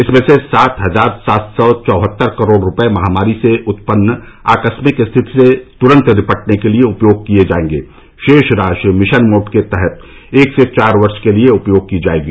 इसमें से सात हजार सात सौ चौहत्तर करोड़ रुपये महामारी से उत्पन्न आकस्मिक स्थिति से तुरंत निपटने के लिए उपयोग किये जायेंगे शेष राशि मिशन मोड के तहत एक से चार वर्ष के लिए उपयोग की जायेगी